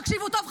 תקשיבו טוב,